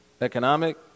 Economic